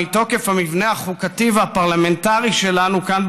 מתוקף המבנה החוקתי והפרלמנטרי שלנו כאן,